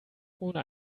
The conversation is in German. ohne